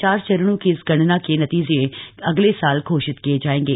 चार चरणों की इस गणना के नतीजे अगले साल घोषित किए जाएंगे